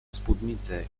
spódnicę